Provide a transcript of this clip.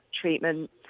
treatment